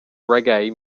reggae